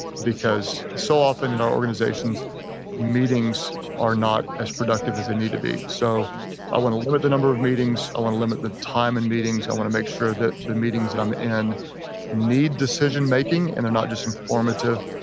because so often in our organizations meetings are not as productive as they need to be so i want to limit the number of meetings. i want to limit the time in and meetings. i want to make sure that the meetings that i'm in need decision making and are not just informative.